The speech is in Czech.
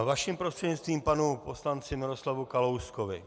Vaším prostřednictvím panu poslanci Miroslavu Kalouskovi.